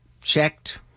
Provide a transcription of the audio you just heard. checked